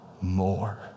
more